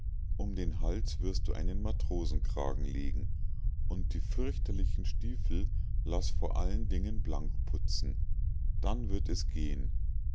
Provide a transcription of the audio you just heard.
um den hals wirst du einen matrosenkragen legen und die fürchterlichen stiefel laß vor allen dingen blank putzen dann wird es gehen